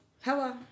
Hello